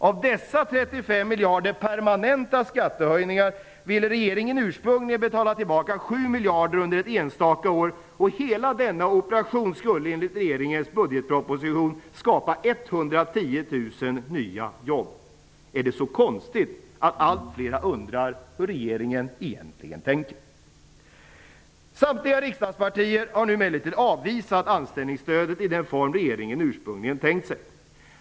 Av dessa 35 miljarder kronor i permanenta skattehöjningar vill regeringen ursprungligen betala tillbaka 7 miljarder kronor under ett enstaka år. Hela denna operation skulle enligt regeringens budgetproposition skapa 110 000 nya jobb. Är det då så konstigt att allt fler undrar hur regeringen egentligen tänker? Samtliga riksdagspartier har emellertid avvisat anställningsstödet i den form som regeringen ursprungligen tänkt sig.